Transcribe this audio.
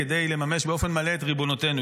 כדי לממש באופן מלא את ריבונותנו.